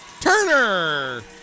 Turner